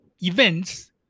events